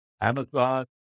Amazon